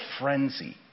frenzy